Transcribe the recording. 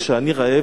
כשאני רעב,